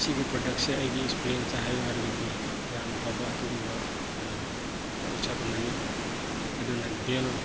ꯁꯤꯒꯤ ꯄ꯭ꯔꯗꯛꯁꯦ ꯑꯩꯒꯤ ꯑꯦꯛꯁꯄꯤꯔꯤꯌꯦꯟꯁꯇ ꯍꯥꯏꯌꯣ ꯍꯥꯏꯔꯒꯗꯤ ꯌꯥꯝ ꯐꯕ ꯑꯗꯨꯒꯨꯝꯕ ꯄꯣꯠꯁꯛ ꯑꯃꯅꯤ ꯑꯗꯨꯅ ꯗꯦꯜ